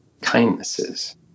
kindnesses